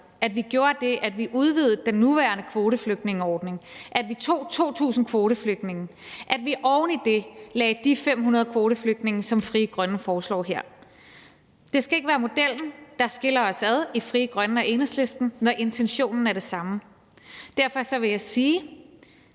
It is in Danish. at vi gjorde det, at vi udvidede den nuværende kvoteflygtningeordning, at vi tog 2.000 kvoteflygtninge, og at vi oven i det lagde de 500 kvoteflygtninge, som Frie Grønne foreslår her. Det skal ikke være modellen, der skiller os ad i Frie Grønne og Enhedslisten, når intentionen er den samme. Derfor vil jeg sige,